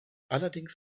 allerdings